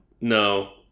No